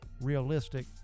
realistic